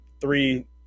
three